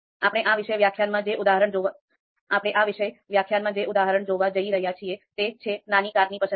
આપણે આ વિશેષ વ્યાખ્યાનમાં જે ઉદાહરણ જોવા જઈ રહ્યા છીએ તે છે નાની કારની પસંદગી